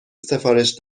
سفارش